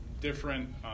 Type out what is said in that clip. different